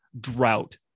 Drought